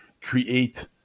create